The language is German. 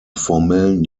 formellen